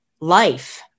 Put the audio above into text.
life